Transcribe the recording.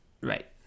Right